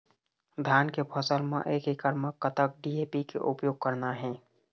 धान के फसल म एक एकड़ म कतक डी.ए.पी के उपयोग करना हे?